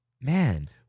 man